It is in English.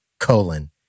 Colon